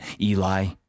Eli